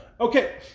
Okay